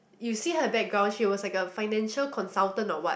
you see her background she was like a financial consultant or what